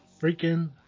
freaking